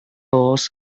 laws